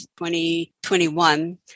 2021